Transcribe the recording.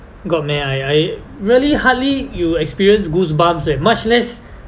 got meh I I really hardly you will experience goosebumps eh much less